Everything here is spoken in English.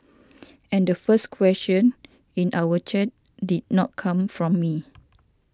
and the first question in our chat did not come from me